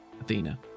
Athena